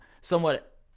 somewhat